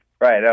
Right